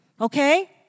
Okay